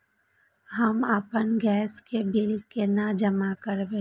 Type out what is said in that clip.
हम आपन गैस के बिल केना जमा करबे?